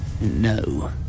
No